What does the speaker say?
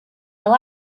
fel